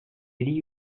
yedi